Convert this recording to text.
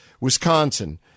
Wisconsin